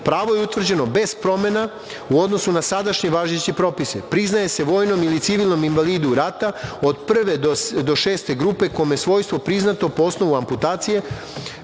Pravo je utvrđeno bez promena u odnosu na sadašnje važeće propise. Priznaje se vojnom ili civilnom invalidu rata od prve do šeste grupe, kome svojstvo priznato po osnovu amputacije